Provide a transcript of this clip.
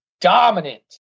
dominant